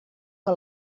que